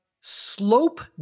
Slope